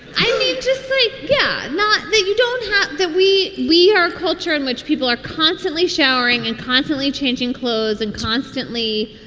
i need to sleep yeah not that you don't have that we we are a culture in which people are constantly showering and constantly changing clothes and constantly,